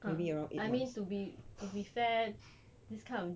ah I mean to be to be fair this kind of